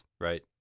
right